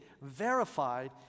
verified